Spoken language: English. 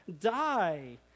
die